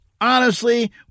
Honestly